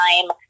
time